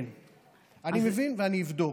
אני מבין, ואני אבדוק.